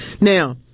Now